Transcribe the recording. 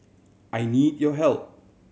I need your help